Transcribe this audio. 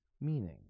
meaning